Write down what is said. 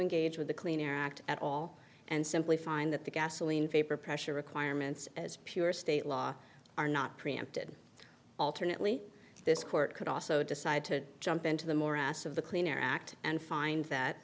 engage with the clean air act at all and simply find that the gasoline paper pressure requirements as pure state law are not preempted alternately this court could also decide to jump into the morass of the clean air act and find that